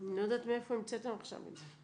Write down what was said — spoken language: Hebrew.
אני לא יודעת מאיפה המצאתם עכשיו את זה.